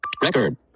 record